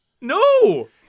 No